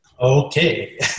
Okay